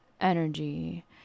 energy